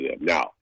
Now